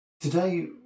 Today